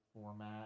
format